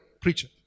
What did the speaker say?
preacher